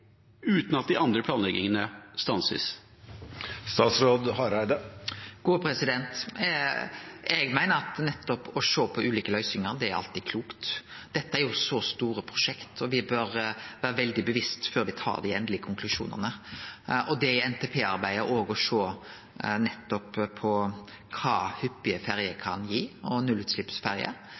andre planleggingene stanses? Eg meiner at å sjå på ulike løysningar alltid er klokt. Dette er så store prosjekt, og me burde vere veldig bevisste før me tar dei endelege konklusjonane. Når det gjeld å sjå på kva hyppige nullutsleppsferjer kan gi,